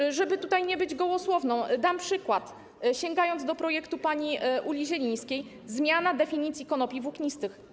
I żeby tutaj nie być gołosłowną, dam przykład, sięgając do projektu pani Uli Zielińskiej: zmiana definicji konopi włóknistych.